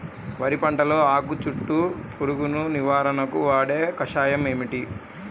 వరి పంటలో ఆకు చుట్టూ పురుగును నివారణకు వాడే కషాయం ఏమిటి?